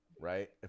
right